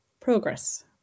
progress